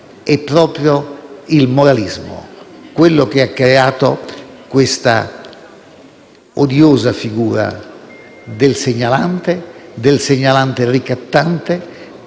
si tratta del moralismo, quello che ha creato questa odiosa figura del segnalante, del segnalante ricattante